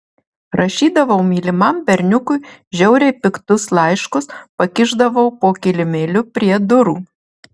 rašydavau mylimam berniukui žiauriai piktus laiškus pakišdavau po kilimėliu prie durų